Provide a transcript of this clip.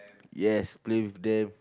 yes play with them